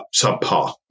subpar